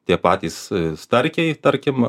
tie patys starkiai tarkim